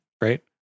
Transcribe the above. Right